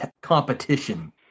competition –